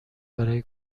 برای